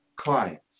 clients